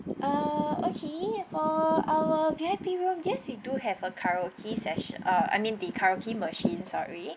uh okay for our V_I_P room yes we do have a karaoke session uh I mean the karaoke machine sorry